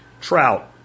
Trout